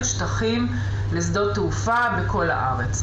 להיות חלק מתמ"א ארצית מקודמת בצורה כל כך לא מקצועית,